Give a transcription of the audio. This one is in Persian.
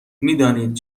میدانید